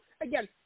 again